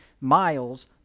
miles